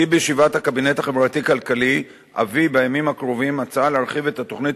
כי בישיבת הקבינט החברתי-כלכלי אביא בימים הקרובים הצעה להרחיב את התוכנית